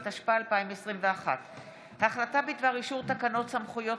התשפ"א 2021. החלטה בדבר אישור תקנות סמכויות